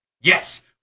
Yes